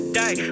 day